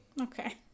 Okay